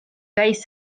käis